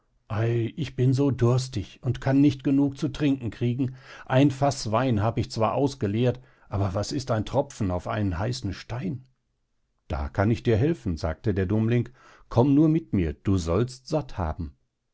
ich bin so durstig und kann nicht genug zu trinken kriegen ein faß wein hab ich zwar ausgeleert aber was ist ein tropfen auf einen heißen stein da kann ich dir helfen sagte der dummling komm nur mit mir du sollst satt haben